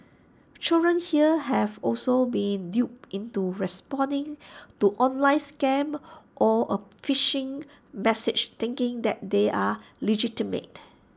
children here have also been duped into responding to online scams or A phishing message thinking that they are legitimate